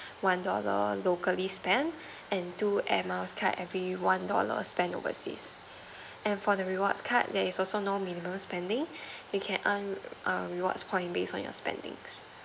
one dollar locally spent and two air miles card every one dollar spent overseas and for the reward card there is also no minimum spending you can earn a reward points based on your spending